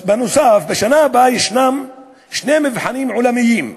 בנוסף, בשנה הבאה ישנם שני מבחנים עולמיים,